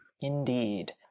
Indeed